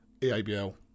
EABL